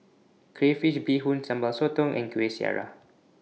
Crayfish Beehoon Sambal Sotong and Kueh Syara